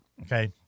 Okay